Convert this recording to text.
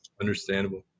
Understandable